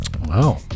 Wow